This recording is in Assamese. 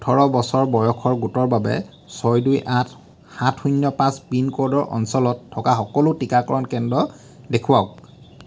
ওঠৰ বছৰ বয়সৰ গোটৰ বাবে ছয় দুই আঠ সাত শূণ্য পাঁচ পিনক'ডৰ অঞ্চলত থকা সকলো টীকাকৰণ কেন্দ্ৰ দেখুৱাওক